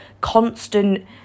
constant